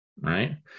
right